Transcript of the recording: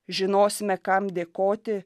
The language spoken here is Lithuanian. žinosime kam dėkoti